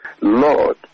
Lord